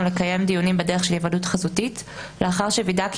לקיים דיונים בדרך של היוועדות חזותית לאחר שווידא כי